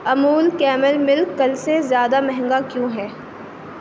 Amul camel ملک کل سے زیادہ مہنگا کیوں ہے